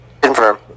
Confirm